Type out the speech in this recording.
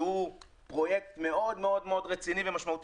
שהוא פרויקט מאוד מאוד רציני ומשמעותי